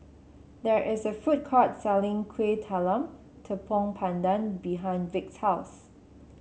there is a food court selling Kuih Talam Tepong Pandan behind Vic's house